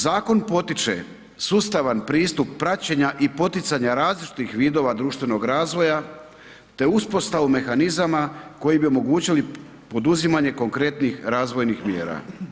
Zakon potiče sustavan pristup praćenja i poticanja različitih vidova društvenog razvoja te uspostavu mehanizama koji bi omogućili poduzimanje konkretnih razvojnih mjera.